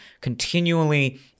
continually